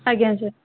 ଆଜ୍ଞା ସାର୍